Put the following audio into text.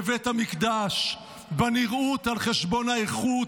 בבית המקדש, בנראות על חשבון האיכות,